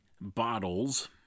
bottles